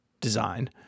design